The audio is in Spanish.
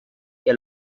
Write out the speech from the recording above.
que